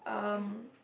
um